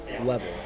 level